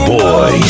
boy